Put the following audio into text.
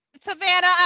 savannah